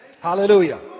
Hallelujah